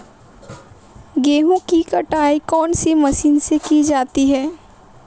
गेहूँ की कटाई कौनसी मशीन से की जाती है?